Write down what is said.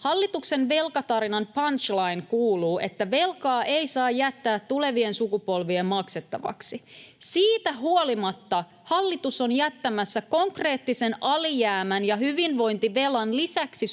Hallituksen velkatarinan punchline kuuluu, että ”velkaa ei saa jättää tulevien sukupolvien maksettavaksi”. Siitä huolimatta hallitus on jättämässä konkreettisen alijäämän ja hyvinvointivelan lisäksi